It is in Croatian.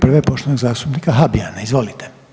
Prva je poštovanog zastupnika Habijana, izvolite.